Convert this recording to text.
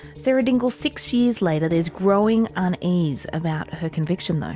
sarah dingle six years later there's growing unease about her conviction? like